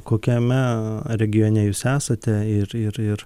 kokiame regione jūs esate ir ir ir